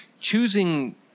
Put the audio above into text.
choosing